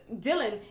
Dylan